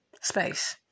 space